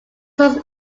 was